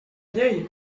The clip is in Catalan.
llei